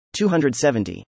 270